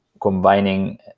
combining